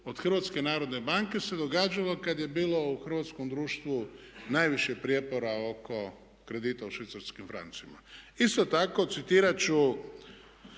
od Hrvatske narodne banke se događalo kad je bilo u hrvatskom društvu najviše prijepora oko kredita u švicarskim francima. Isto tako, citirat